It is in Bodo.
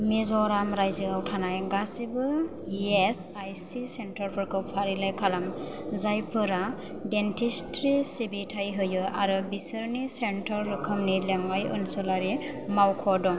मिज'राम रायजोआव थानाय गासिबो इएसआइसि सेन्टारफोरखौ फारिलाइ खालाम जायफोरा डेन्टिस्ट्रि सिबिथाय होयो आरो बिसोरनि सेन्टार रोखोमनि लेङाइ ओनसोलारि मावख' दं